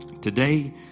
Today